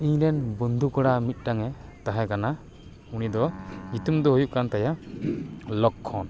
ᱤᱧ ᱨᱮᱱ ᱵᱩᱱᱫᱷᱩ ᱠᱚᱲᱟ ᱢᱤᱫᱴᱟᱝ ᱮ ᱛᱟᱦᱮᱸ ᱠᱟᱱᱟ ᱩᱱᱤ ᱫᱚ ᱧᱩᱛᱩᱢ ᱫᱚ ᱦᱩᱭᱩᱜ ᱠᱟᱱ ᱛᱟᱭᱟ ᱞᱚᱠᱷᱚᱱ